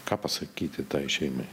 ką pasakyti tai šeimai